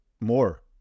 More